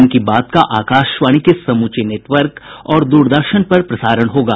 मन की बात का आकाशवाणी के समूचे नेटवर्क और द्रदर्शन पर प्रसारण होगा